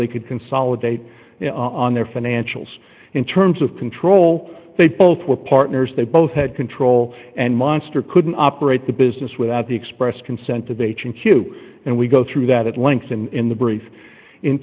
they could consolidate on their financials in terms of control they both were partners they both had control and monster couldn't operate the business without the express consent of h and q and we go through that at length and in the brief in